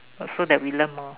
also that we learn more